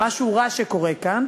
למשהו רע שקורה כאן,